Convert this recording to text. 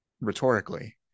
rhetorically